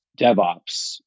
DevOps